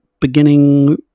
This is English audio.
beginning